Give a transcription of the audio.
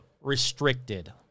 Restricted